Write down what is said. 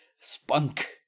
spunk